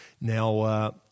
Now